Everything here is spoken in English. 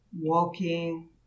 walking